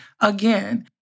Again